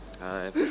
Hi